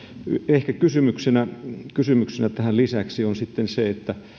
ehkä kysymyksenä tähän lisäksi on sitten se että